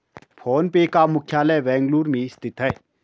phone पे का मुख्यालय बेंगलुरु में स्थित है